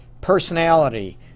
personality